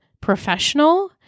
professional